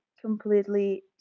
completely